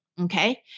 Okay